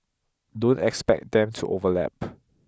don't expect them to overlap